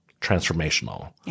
transformational